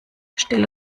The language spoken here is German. still